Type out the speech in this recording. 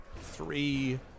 three